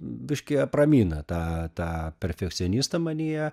biškį apramina tą tą perfekcionistą manyje